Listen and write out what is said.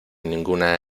ninguna